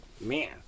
man